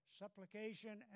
supplication